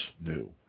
new